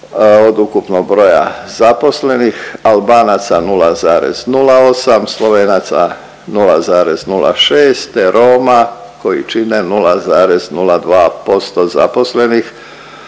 od ukupnog broja zaposlenih. Albanaca 0,08, Slovenaca 0,06 te Roma koji čine 0,02% zaposlenih